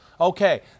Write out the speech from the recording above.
Okay